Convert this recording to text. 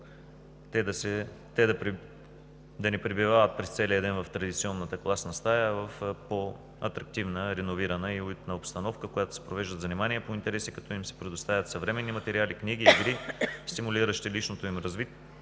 те да не пребивават през целия ден в традиционната класна стая, а в по-атрактивна, реновирана и уютна обстановка, в която се провеждат занимания по интереси, като им се предоставят съвременни материали, книги, игри, стимулиращи личностното им развитие.